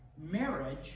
Marriage